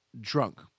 Drunk